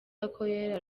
akorera